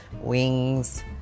wings